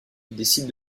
décide